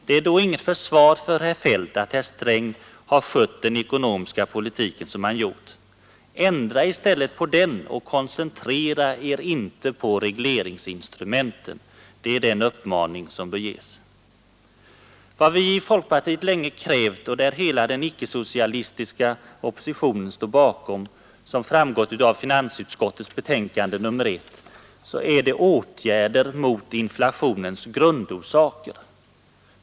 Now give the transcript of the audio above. Det är då inget försvar för herr Feldt, att herr Sträng missköter den ekonomiska politiken. Ändra i stället på den och koncentrera er inte på regleringsinstrumenten — det är den uppmaning som bör ges. Vad vi i folkpartiet länge krävt — ett krav som hela den icke-socialistiska oppositionen står bakom, såsom framgått av finansutskottets betänkande nr 1 — är åtgärder mot inflationens grundorsaker.